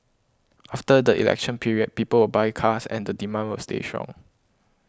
after the election period people will buy cars and the demand will stay strong